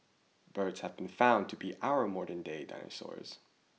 birds have been found to be our modernday dinosaurs